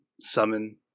summon